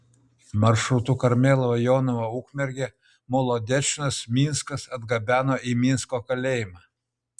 maršrutu karmėlava jonava ukmergė molodečnas minskas atgabeno į minsko kalėjimą